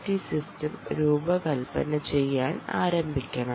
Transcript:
T system രൂപകൽപ്പന ചെയ്യാൻ ആരംഭിക്കണം